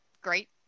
Great